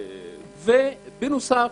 ובנוסף,